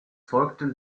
folgten